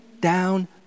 down